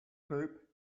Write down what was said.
sleep